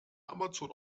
amazon